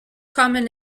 common